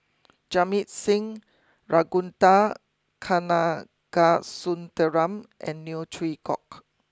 Jamit Singh Ragunathar Kanagasuntheram and Neo Chwee Kok